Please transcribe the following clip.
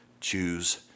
choose